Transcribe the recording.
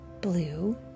blue